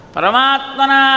Paramatmana